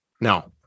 No